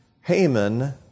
Haman